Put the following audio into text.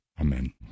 Amen